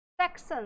section